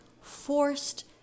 forced